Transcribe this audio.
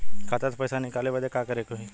खाता से पैसा निकाले बदे का करे के होई?